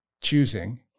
choosing